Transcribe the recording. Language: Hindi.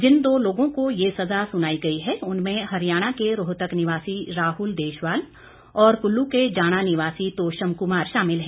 जिन दो लोगों को ये सजा सुनाई गई है उनमें हरियाणा के रोहतक निवासी राहुल देशवाल और कुल्लू के जाणा निवासी तोशम कुमार शामिल हैं